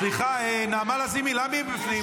סליחה, נעמה לזימי, למה היא בפנים?